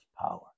power